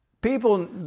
people